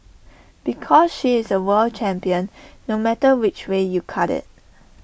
because she is A world champion no matter which way you cut IT